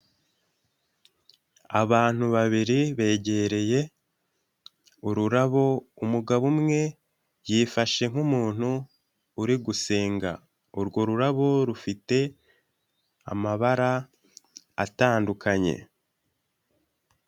Abantu babiri begereye ururabo umugabo umwe yifashe nk'umuntu uri gusenga. Urwo rurabo rufite amabara atandukanye.